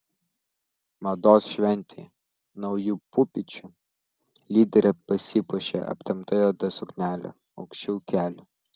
mados šventei naujų pupyčių lyderė pasipuošė aptempta juoda suknele aukščiau kelių